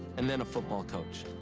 and then a football coach.